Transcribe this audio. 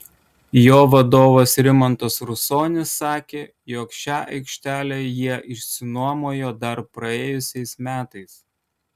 jo vadovas rimantas rusonis sakė jog šią aikštelę jie išsinuomojo dar praėjusiais metais